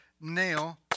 nail